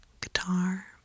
Guitar